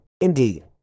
Indeed